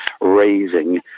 raising